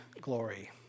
glory